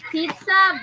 Pizza